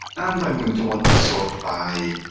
and i'm going to want to sort by.